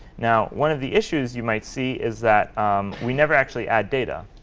now, one of the issues you might see is that we never actually add data.